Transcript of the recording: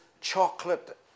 chocolate